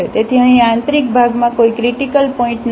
તેથી અહીં આ આંતરિક ભાગમાં કોઈ ક્રિટીકલ પોઇન્ટ નથી